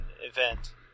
event